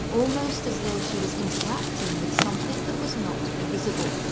almost as though she was interacting with something that was not visible.